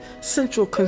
central